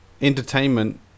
entertainment